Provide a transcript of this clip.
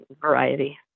variety